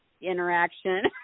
interaction